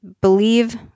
believe